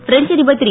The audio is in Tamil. பிரெஞ்ச் அதிபர் திரு